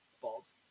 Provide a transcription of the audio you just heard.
balls